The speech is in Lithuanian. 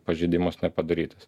pažeidimas nepadarytas